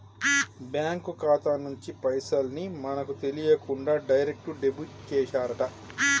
bank ఖాతా నుంచి పైసల్ ని మనకు తెలియకుండా డైరెక్ట్ డెబిట్ చేశారట